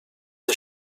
the